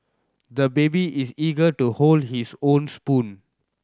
the baby is eager to hold his own spoon